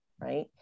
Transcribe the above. right